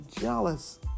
jealous